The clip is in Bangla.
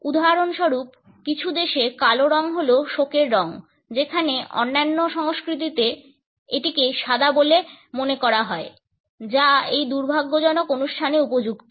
উদাহরণস্বরূপ কিছু দেশে কালো হল শোকের রঙ যেখানে কিছু অন্যান্য সংস্কৃতিতে এটিকে সাদা বলে মনে করা হয় যা এই দুর্ভাগ্যজনক অনুষ্ঠানে উপযুক্ত